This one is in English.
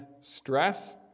stress